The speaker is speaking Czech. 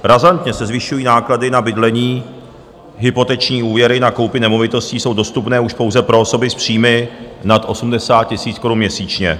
Razantně se zvyšují náklady na bydlení, hypoteční úvěry na koupi nemovitostí jsou dostupné už pouze pro osoby s příjmy nad 80 000 korun měsíčně.